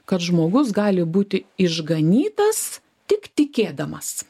kad žmogus gali būti išganytas tik tikėdamas